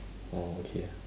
orh okay ah